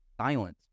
silence